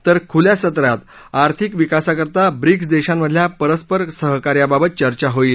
तर खुल्या सत्रात आर्थिक विकासाकरता ब्रिक्स देशांमधल्या परस्पर सहकार्याबाबत चर्चा होईल